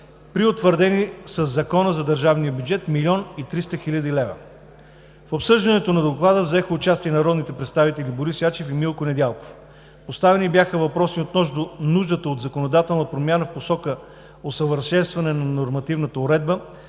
при утвърдени със Закона за държавния бюджет 1 млн. 300 хил. лв. В обсъждането на доклада взеха участие народните представители Борис Ячев и Милко Недялков. Поставени бяха въпроси относно нуждата от законодателна промяна в посока усъвършенстване на нормативната уредба